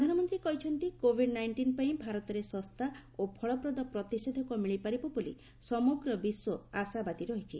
ପ୍ରଧାନମନ୍ତ୍ରୀ କହିଛନ୍ତି covid nineteen ପାଇଁ ଭାରତରେ ଶସ୍ତା ଓ ଫଳପ୍ରଦ ପ୍ରତିଷେଧକ ମିଳିପାରିବ ବୋଲି ସମଗ୍ର ବିଶ୍ୱ ଆଶାବାଦୀ ରହିଛି